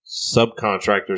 subcontractors